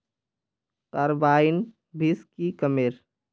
Carbine बीस की कमेर?